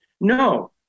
No